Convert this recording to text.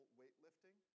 weightlifting